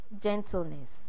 Gentleness